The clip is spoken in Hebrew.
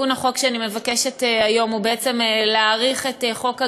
תיקון החוק שאני מבקשת היום הוא להאריך את חוק הגליל,